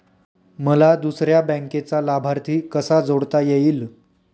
मला दुसऱ्या बँकेचा लाभार्थी कसा जोडता येईल?